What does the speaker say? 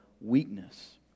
weakness